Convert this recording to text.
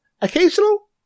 Occasional